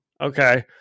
Okay